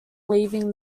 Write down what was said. leaving